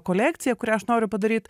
kolekciją kurią aš noriu padaryt